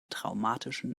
traumatischen